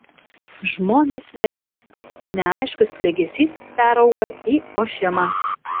žmonės nerimsta neaiškus klegesys perauga į ošimą